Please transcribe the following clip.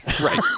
right